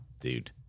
dude